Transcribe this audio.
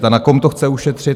A na kom to chce ušetřit?